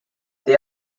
they